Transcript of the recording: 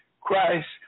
Christ